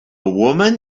woman